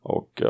Och